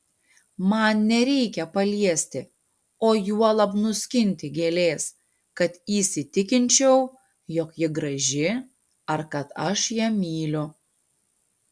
man nereikia paliesti o juolab nuskinti gėlės kad įsitikinčiau jog ji graži ar kad aš ją myliu